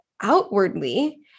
outwardly